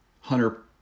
Hunter